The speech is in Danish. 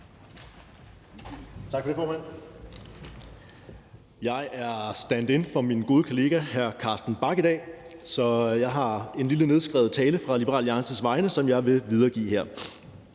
Tak for det, formand. Jeg er standin for min gode kollega hr. Carsten Bach i dag, så jeg har en lille nedskrevet tale, som jeg på Liberal Alliances vegne vil videregive her.